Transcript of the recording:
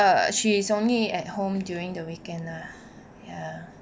she is only at home during the weekend lah ya